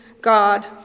God